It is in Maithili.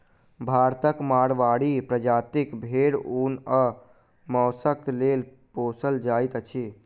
भारतक माड़वाड़ी प्रजातिक भेंड़ ऊन आ मौंसक लेल पोसल जाइत अछि